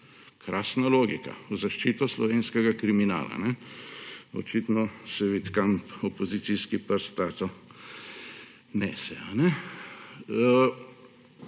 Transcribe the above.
Krasna logika v zaščito slovenskega kriminala. Očitno se vidi, kam opozicijski pes taco nese.